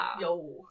Yo